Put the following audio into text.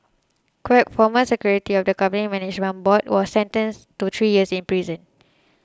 Quek former secretary of the company's management board was sentenced to three years in prison